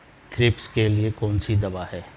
Thrips के लिए कौन सी दवा है?